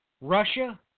Russia